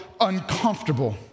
uncomfortable